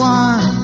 one